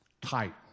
tight